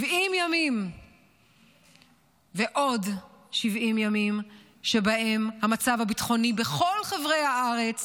70 ימים ועוד 70 ימים שבהם המצב הביטחוני בכל חבלי הארץ